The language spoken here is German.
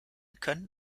können